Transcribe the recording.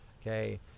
okay